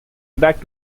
back